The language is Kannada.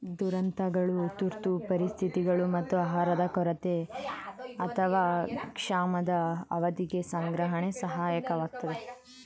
ದುರಂತಗಳು ತುರ್ತು ಪರಿಸ್ಥಿತಿಗಳು ಮತ್ತು ಆಹಾರದ ಕೊರತೆ ಅಥವಾ ಕ್ಷಾಮದ ಅವಧಿಗೆ ಸಂಗ್ರಹಣೆ ಸಹಾಯಕವಾಗಯ್ತೆ